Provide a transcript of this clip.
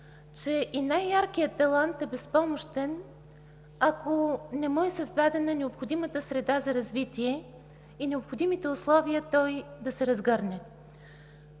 че и най-яркият талант е безпомощен, ако не му е създадена необходимата среда за развитие и необходимите условия той да се разгърне.